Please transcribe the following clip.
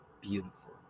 Beautiful